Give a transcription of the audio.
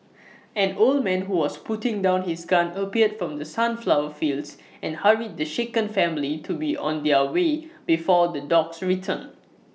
an old man who was putting down his gun appeared from the sunflower fields and hurried the shaken family to be on their way before the dogs return